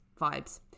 vibes